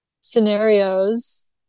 scenarios